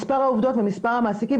מספר העובדות ומספר המעסיקים,